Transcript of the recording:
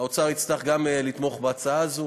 האוצר יצטרך גם לתמוך בהצעה הזאת,